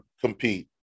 compete